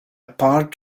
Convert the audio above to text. part